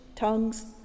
tongues